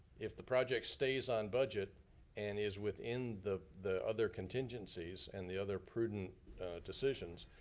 if the project stays on budget and is within the the other contingencies and the other prudent decisions,